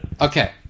Okay